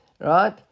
Right